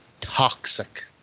toxic